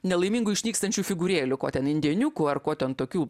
nelaimingų išnykstančių figūrėlių ko ten indėniukų ar ko ten tokių